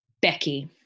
Becky